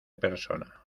persona